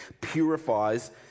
purifies